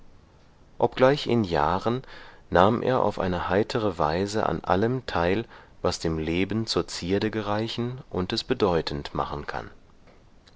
obgleich in jahren nahm er auf eine heitere weise an allem teil was dem leben zur zierde gereichen und es bedeutend machen kann